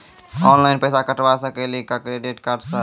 Online पैसा कटवा सकेली का क्रेडिट कार्ड सा?